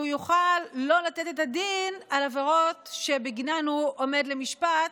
שהוא יוכל לא לתת את הדין על עבירות שבגינן הוא עומד למשפט,